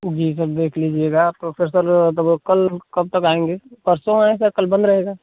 जी sir देख लीजिएगा तो फिर सर तब वो कल कब तक आएँगे परसों आएँ सर कल बंद रहेगा